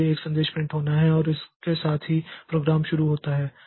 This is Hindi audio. इसलिए एक संदेश प्रिंट होना है और इसके साथ ही प्रोग्राम शुरू होता है